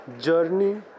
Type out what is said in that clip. journey